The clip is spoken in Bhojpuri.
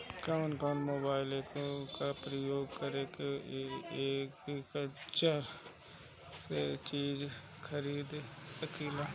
कउन कउन मोबाइल ऐप्लिकेशन का प्रयोग करके हम एग्रीकल्चर के चिज खरीद सकिला?